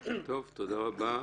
טוב, תודה רבה.